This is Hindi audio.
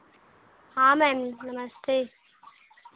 हाँ मैम नमस्ते